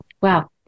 Wow